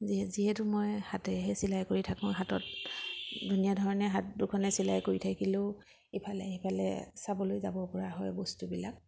যিহেতু মই হাতেহে চিলাই কৰি থাকোঁ হাতত ধুনীয়া ধৰণে হাত দুখনে চিলাই কৰি থাকিলেও ইফালে সিফালে চাবলৈ যাব পৰা হয় বস্তুবিলাক